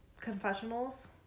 confessionals